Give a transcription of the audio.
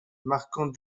marquant